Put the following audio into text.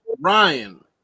Ryan